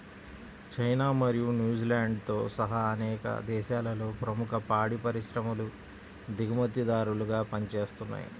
China మరియు న్యూజిలాండ్తో సహా అనేక దేశాలలో ప్రముఖ పాడి పరిశ్రమలు దిగుమతిదారులుగా పనిచేస్తున్నయ్